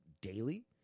daily